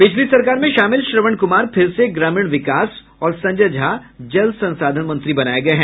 पिछली सरकार में शामिल श्रवण कुमार फिर से ग्रामीण विकास और संजय झा जल संसाधन मंत्री बनाये गये हैं